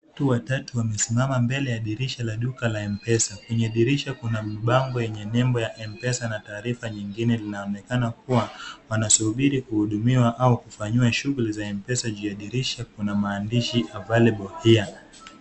Watu watatu wamesimama mbele ya dirisha la duka la M-pesa. Kwenye dirisha kuna bango yenye nembo ya M-pesa na taarifa nyingine. Linaonekana kuwa wanasubiri kuhudumiwa au kufanyiwa shughuli za M-pesa. Juu ya dirisha kuna maandishi available here .